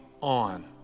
on